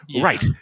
Right